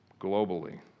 globally